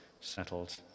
settled